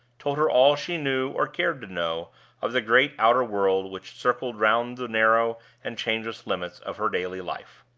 told her all she knew or cared to know of the great outer world which circled round the narrow and changeless limits of her daily life.